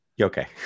Okay